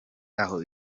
aho